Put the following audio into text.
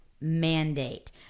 mandate